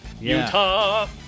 Utah